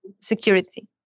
security